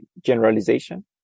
generalization